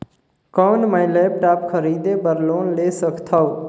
कौन मैं लेपटॉप खरीदे बर लोन ले सकथव?